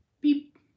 beep